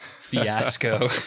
fiasco